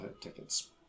tickets